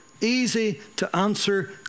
easy-to-answer